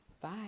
Bye